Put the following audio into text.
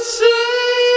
say